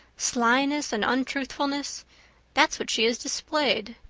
slyness and untruthfulness that's what she has displayed.